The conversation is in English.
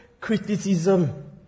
criticism